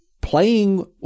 playing